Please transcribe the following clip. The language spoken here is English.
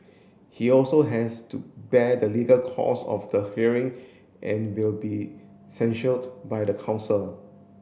he also has to bear the legal cost of the hearing and will be censured by the council